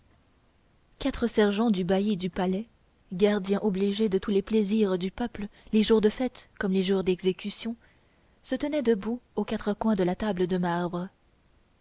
quatre sergents du bailli du palais gardiens obligés de tous les plaisirs du peuple les jours de fête comme les jours d'exécution se tenaient debout aux quatre coins de la table de marbre